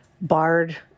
barred